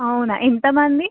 అవునా ఎంతమంది